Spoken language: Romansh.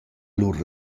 lur